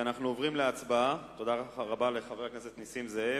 תודה רבה לחבר הכנסת נסים זאב.